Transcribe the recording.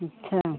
अच्छा